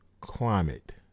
climate